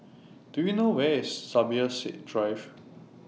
Do YOU know Where IS Zubir Said Drive